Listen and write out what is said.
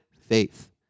faith